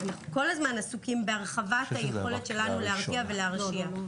אנחנו כל הזמן עסוקים בהרחבת היכולת שלנו להרתיע ולהרשיע.